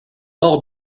hors